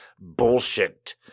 bullshit